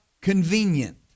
convenient